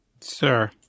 Sir